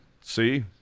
See